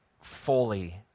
fully